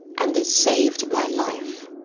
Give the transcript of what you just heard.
and it saved my life.